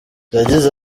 yagize